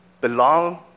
belong